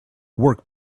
work